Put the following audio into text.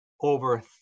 over